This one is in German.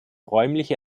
räumliche